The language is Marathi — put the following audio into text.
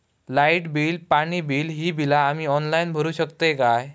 लाईट बिल, पाणी बिल, ही बिला आम्ही ऑनलाइन भरू शकतय का?